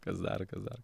kas dar kas dar